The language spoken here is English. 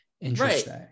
Interesting